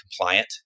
compliant